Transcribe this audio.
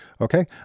Okay